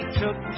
took